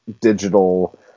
digital